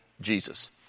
Jesus